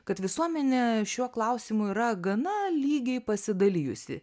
kad visuomenė šiuo klausimu yra gana lygiai pasidalijusi